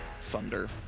thunder